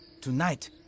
Tonight